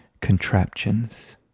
contraptions